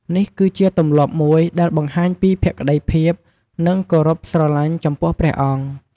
នេះគឺជាទម្លាប់មួយដែលបង្ហាញពីភក្តីភាព និងគោរពស្រលាញ់ចំពោះព្រះអង្គ។